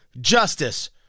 justice